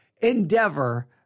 endeavor